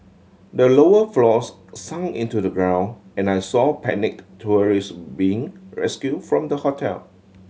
the lower floors sunk into the ground and I saw panicked tourists being rescued from the hotel